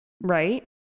Right